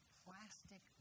plastic